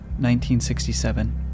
1967